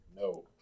No